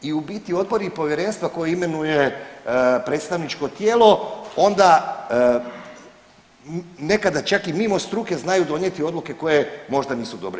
I u biti odbori i povjerenstva koje imenuje predstavničko tijelo onda nekada čak i mimo struke znaju donijeti odluke koje možda nisu dobre.